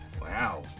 Wow